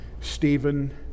Stephen